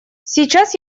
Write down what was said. сейчас